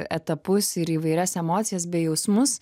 etapus ir įvairias emocijas bei jausmus